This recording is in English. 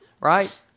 right